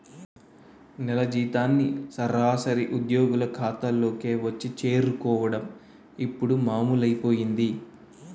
నెల జీతాలన్నీ సరాసరి ఉద్యోగుల ఖాతాల్లోకే వచ్చి చేరుకోవడం ఇప్పుడు మామూలైపోయింది